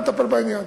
נטפל בעניין,